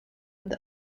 with